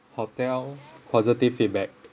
hotel positive feedback